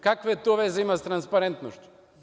Kakve to veze ima sa transparentnošću?